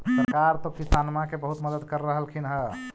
सरकार तो किसानमा के बहुते मदद कर रहल्खिन ह?